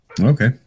okay